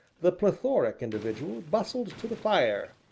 the plethoric individual bustled to the fire,